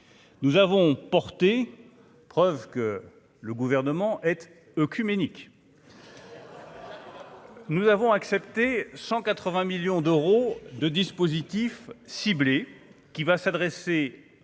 nous avons porté, preuve que le gouvernement être eux oecuménique. Nous avons accepté 180 millions d'euros de dispositifs ciblés qui va s'adresser